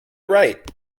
right